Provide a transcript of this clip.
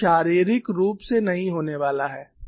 यह शारीरिक रूप से नहीं होने वाला है